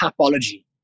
topology